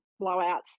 blowouts